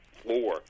floor